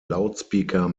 loudspeaker